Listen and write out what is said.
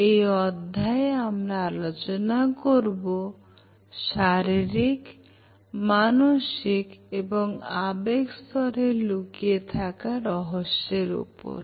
এই অধ্যায়ে আমরা আলোচনা করব শারীরিক মানসিক এবং আবেগ স্তরের লুকিয়ে থাকা রহস্যের উপর